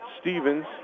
Stevens